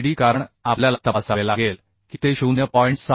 6 Vd कारण आपल्याला तपासावे लागेल की ते 0